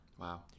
wow